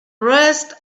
rest